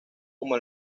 como